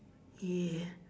ya